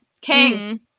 King